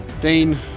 Dean